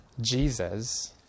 Jesus